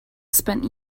spent